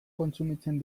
kontsumitzen